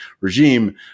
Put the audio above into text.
regime